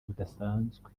budasanzwe